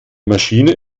maschine